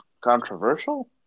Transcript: controversial